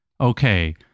Okay